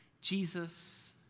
Jesus